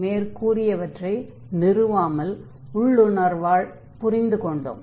மேற்கூறியவற்றை நிறுவாமல் உள்ளுணர்வால் புரிந்து கொண்டோம்